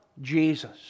Jesus